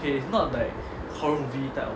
it's not like horror movie type of